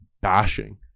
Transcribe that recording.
bashing